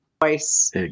voice